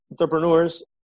entrepreneurs